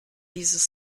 dieses